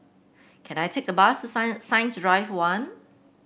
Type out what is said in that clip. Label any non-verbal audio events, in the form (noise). can I take the bus (unintelligible) Science Drive One